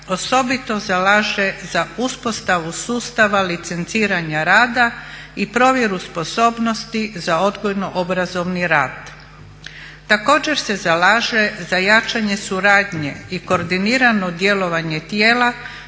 osobito zalaže za uspostavu sustavu licenciranja rada i provjeru sposobnosti za odgojno-obrazovni rad. Također se zalaže za jačanje suradnje i koordinirano djelovanje tijela